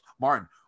martin